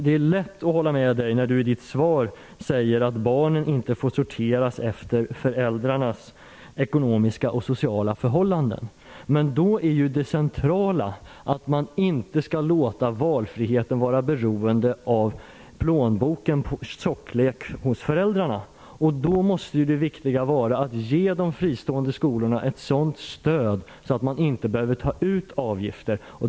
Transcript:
Det är lätt att hålla med statsrådet när hon i sitt svar säger att barnen inte får sorteras efter föräldrarnas ekonomiska och sociala förhållanden. Då är det centrala att man inte skall låta valfriheten vara beroende av hur tjock plånbok föräldrarna har. Det viktiga måste vara att ge de fristående skolorna ett sådant stöd att de inte behöver ta ut avgifter.